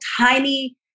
tiny